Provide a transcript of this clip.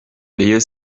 rayon